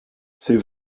c’est